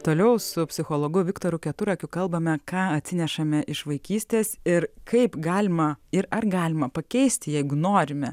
toliau su psichologu viktoru keturakiu kalbame ką atsinešame iš vaikystės ir kaip galima ir ar galima pakeisti jeigu norime